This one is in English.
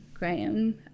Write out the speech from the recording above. Graham